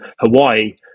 Hawaii